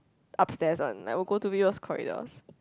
upstairs one like we will go to people's corridors